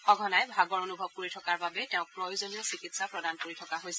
সঘনাই ভাগৰ অনুভৱ কৰি থকাৰ বাবেই তেওঁক প্ৰয়োজনীয় চিকিৎসা প্ৰদান কৰি থকা হৈছিল